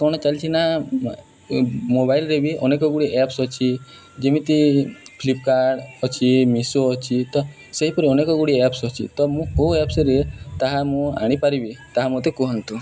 କ'ଣ ଚାଲିଛିି ନା ମୋବାଇଲ୍ରେ ବି ଅନେକଗୁଡ଼ିଏ ଆପ୍ସ ଅଛି ଯେମିତି ଫ୍ଲିପକାର୍ଟ ଅଛି ମିଶୋ ଅଛି ତ ସେହିପରି ଅନେକଗୁଡ଼ିଏ ଆପ୍ସ ଅଛି ତ ମୁଁ କେଉଁ ଆପ୍ସରେ ତାହା ମୁଁ ଆଣିପାରିବି ତାହା ମୋତେ କୁହନ୍ତୁ